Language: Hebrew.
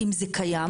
אם זה קיים,